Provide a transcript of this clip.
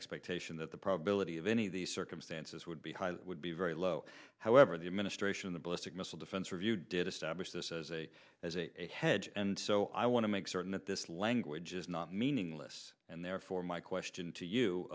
expectation that the probability of any of these circumstances would be highly would be very low however the administration the ballistics missile defense review did establish this as a as a hedge and so i want to make certain that this language is not meaningless and therefore my question to